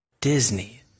Disney